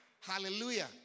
Hallelujah